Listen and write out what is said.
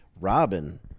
Robin